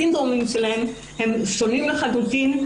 הסינדרומים שלהם שונים לחלוטין.